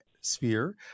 sphere